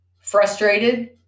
frustrated